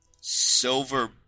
silver